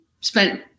spent